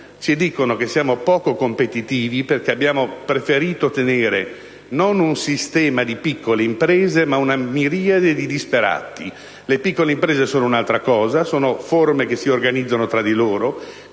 di più: che siamo poco competitivi perché abbiamo preferito tenere non un sistema di piccole imprese, ma una miriade di disperati. Le piccole imprese sono un'altra cosa: sono forme che si organizzano tra loro